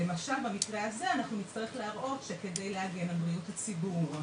למשל במקרה הזה אנחנו נצטרך להראות שכדי להגן על בריאות הציבור,